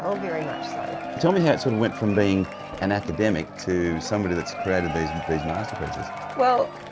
um very much so. tell me how it sort of went from being an academic to somebody's that's created these these masterpieces. well,